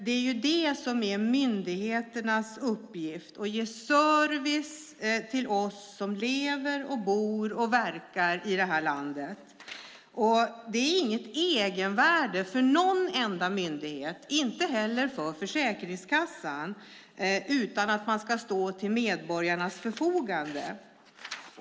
Det är myndigheternas uppgift att ge service till oss som lever, bor och verkar i landet. Det finns inte något egenvärde för någon enda myndighet, och inte heller för Försäkringskassan, utan de ska stå till medborgarnas förfogande.